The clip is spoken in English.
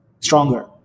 stronger